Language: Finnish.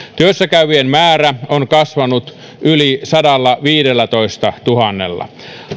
työssä käyvien määrä on kasvanut yli sadallaviidellätoistatuhannella